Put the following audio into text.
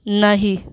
नाही